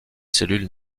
cellules